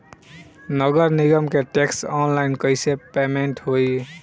नगर निगम के टैक्स ऑनलाइन कईसे पेमेंट होई?